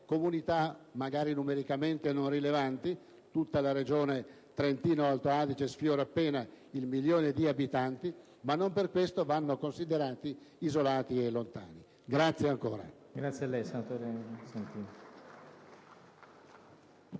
comunità, magari numericamente non rilevanti (tutta la Regione Trentino-Alto Adige sfiora appena il milione di abitanti), ma che non per questo vanno considerati isolati e lontani. Grazie ancora.